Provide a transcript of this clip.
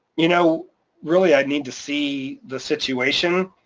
you know really, i need to see the situation.